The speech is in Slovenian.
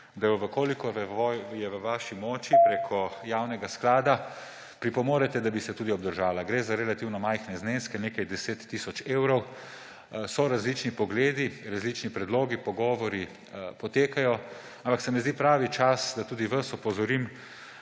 vas prosim, če je v vaši moči, da preko javnega sklada pripomorete, da bi se tudi obdržala. Gre za relativno majhne zneske, nekaj deset tisoč evrov. So različni pogledi, različni predlogi, pogovori potekajo, ampak se mi zdi pravi čas, da tudi vas opozorim